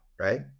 right